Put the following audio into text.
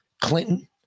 Clinton